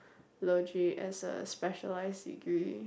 ~logy as a specialised degree